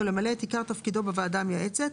למלא את עיקר תפקידו בוועדה המייעצת.